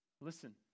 Listen